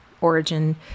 origin